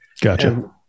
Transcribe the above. Gotcha